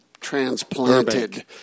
transplanted